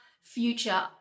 future